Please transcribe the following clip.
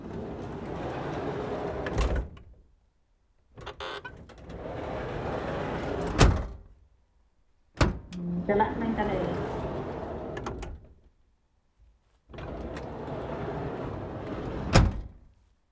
ᱪᱟᱞᱟᱜ ᱠᱟᱹᱱᱟᱹᱧ ᱛᱟᱞᱚᱦᱮ